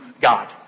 God